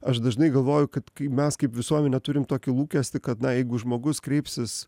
aš dažnai galvoju kad kai mes kaip visuomenė turim tokį lūkestį kad na jeigu žmogus kreipsis